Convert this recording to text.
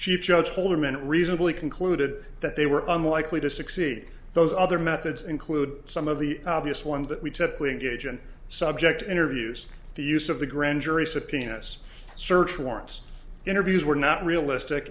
chief judge holderman it reasonably concluded that they were unlikely to succeed those other methods include some of the obvious ones that we typically engage in subject interviews the use of the grand jury subpoenas search warrants interviews were not realistic